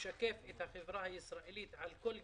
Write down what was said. המשקף את החברה הישראלית על כל גווניה,